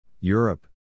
Europe